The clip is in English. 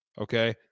Okay